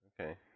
Okay